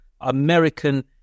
American